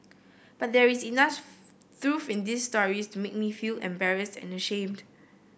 but there is enough truth in these stories to make me feel embarrassed and ashamed